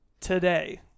today